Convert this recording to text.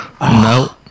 No